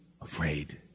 afraid